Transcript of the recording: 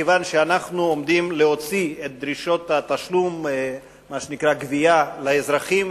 מכיוון שאנחנו עומדים להוציא את דרישות הגבייה לאזרחים.